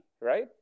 right